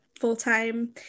full-time